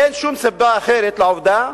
אין שום סיבה אחרת לעובדה